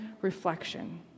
reflection